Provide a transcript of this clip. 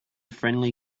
friendly